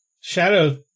Shadow